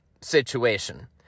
situation